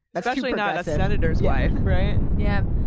especially not a senator's wife, right? yeah.